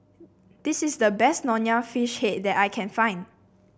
this is the best Nonya Fish Head that I can find